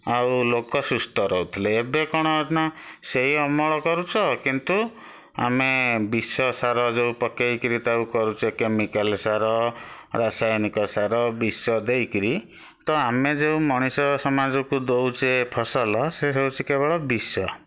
ଆଉ ଲୋକ ସୁସ୍ଥ ରହୁଥିଲେ ଏବେ କ'ଣ ନା ସେଇ ଅମଳ କରୁଛ କିନ୍ତୁ ଆମେ ବିଷସାର ଯେଉଁ ପକେଇକରି ତାକୁ କରୁଛେ କେମିକାଲ୍ ସାର ରାସାୟନିକ ସାର ବିଷ ଦେଇକରି ତ ଆମେ ଯେଉଁ ମଣିଷ ସମାଜକୁ ଦଉଛେ ଫସଲ ସେ ହଉଛି କେବଳ ବିଷ